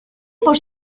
por